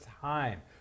time